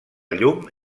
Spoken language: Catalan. llum